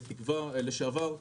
תקווה לשעבר,